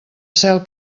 cel